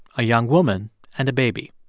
a young woman and a baby.